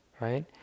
right